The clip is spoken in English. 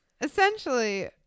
Essentially